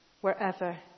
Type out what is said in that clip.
wherever